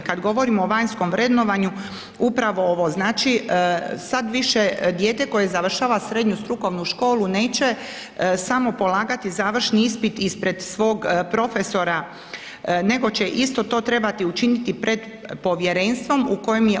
Kada govorimo o vanjskom vrednovanju upravo ovo, znači sada više dijete koje završava srednju strukovnu školu neće samo polagati završni ispit ispred svog profesora nego će isto to trebati učiniti pred povjerenstvom u kojem je